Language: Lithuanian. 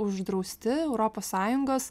uždrausti europos sąjungos